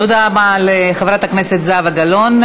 תודה רבה לחברת הכנסת זהבה גלאון.